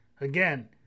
Again